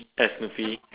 as Smurfy